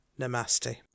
Namaste